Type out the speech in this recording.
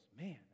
Man